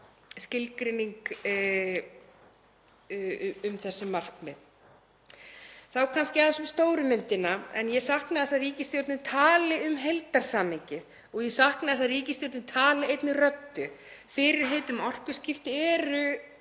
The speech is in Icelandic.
skilgreining um þessi markmið. Þá aðeins um stóru myndina. Ég sakna þess að ríkisstjórnin tali um heildarsamhengið og ég sakna þess að ríkisstjórnin tali einni röddu. Fyrirheit um orkuskipti eru